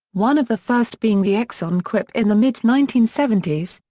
one of the first being the exxon qwip in the mid nineteen seventy s,